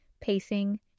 pacing